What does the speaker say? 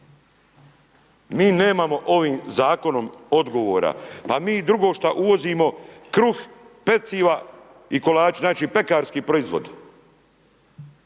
Mi nemamo ovim zakonom odgovora. A mi drugo što uvozimo, kruh, peciva i kolači, znači pekarski proizvodi.